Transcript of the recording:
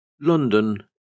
London